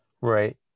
right